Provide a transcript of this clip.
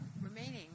remaining